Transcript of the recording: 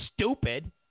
stupid